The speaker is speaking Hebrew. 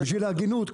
בשביל ההגינות,